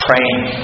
praying